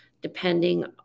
depending